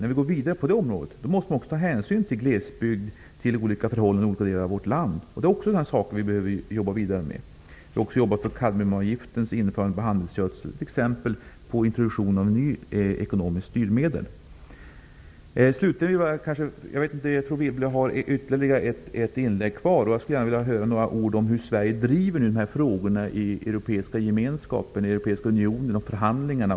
När vi går vidare på det området måste vi också ta hänsyn till glesbygden och till skilda förhållanden i olika delar av vårt land. Det är sådant som vi behöver jobba ytterligare med. Vi har också arbetat för ett införande av kadmiumavgift på handelsgödsel. Det är ett exempel på introduktion av ett nytt ekonomiskt styrmedel. Jag tror att Wibble har ytterligare ett inlägg kvar. Jag skulle gärna vilja höra några ord om hur Sverige nu driver dessa frågor i Europeiska unionen och i GATT-förhandlingarna.